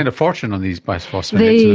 and fortune on these bisphosphonates